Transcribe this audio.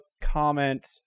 comment